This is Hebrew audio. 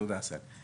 תודה, עשהאל.